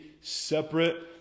separate